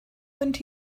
into